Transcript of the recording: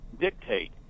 dictate